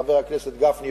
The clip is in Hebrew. חבר הכנסת גפני,